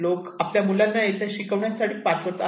लोक आपल्या मुलांना तिथे शिकण्यासाठी पाठवत आहेत